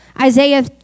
Isaiah